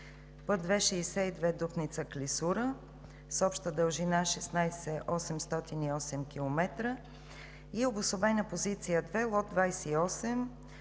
път ΙΙ-62 Дупница – Клисура с обща дължина 16,808 км и обособена позиция 2 – лот 28